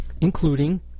including